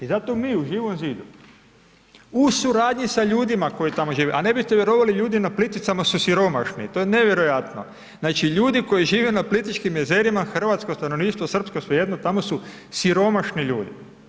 I zato mi u Živom zidu u suradnji sa ljudima koji tamo žive, a ne biste vjerovali, ljudi na Plitvicama su siromašni, to je nevjerojatno, znači ljudi koji žive na Plitvičkim jezerima, hrvatsko stanovništvo, srpsko, svejedno, tamo su siromašni ljudi.